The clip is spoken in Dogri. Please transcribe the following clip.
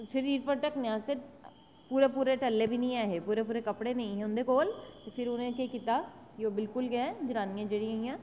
कुसै गी बी उप्पर धक्कनै आस्तै पूरे टल्ले निं हे पूरे पूरे कपड़े निं हे उंदे कोल ते फिर उनें केह् कीता ओह् बिल्कुल गै जनानियां जेह्ड़ियां